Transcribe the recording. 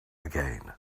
again